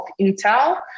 Intel